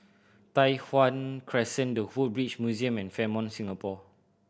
Tai Hwan Crescent The Woodbridge Museum and Fairmont Singapore